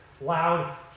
loud